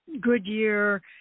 Goodyear